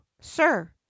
sir